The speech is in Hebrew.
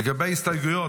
לגבי ההסתייגויות,